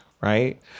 Right